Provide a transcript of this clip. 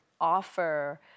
offer